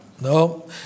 No